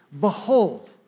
behold